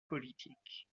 politique